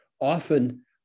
often